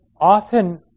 often